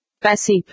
Passive